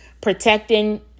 protecting